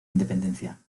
independencia